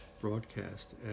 broadcast